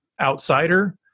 outsider